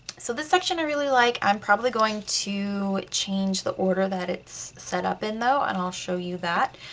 so this section i really like. i'm probably going to change the order that it's set up in though, and i'll show you that.